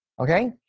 okay